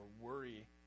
worry